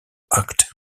act